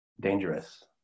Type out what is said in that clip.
dangerous